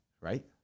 right